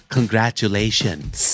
Congratulations